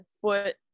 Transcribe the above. foot